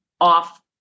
off